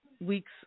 weeks